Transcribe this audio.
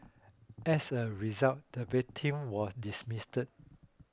as a result the victim was dismissed